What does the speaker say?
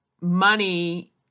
money